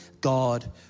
God